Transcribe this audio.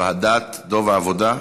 לוועדת העבודה והרווחה,